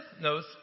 knows